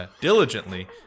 diligently